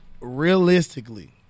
Realistically